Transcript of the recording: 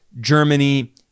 Germany